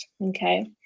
okay